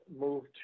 moved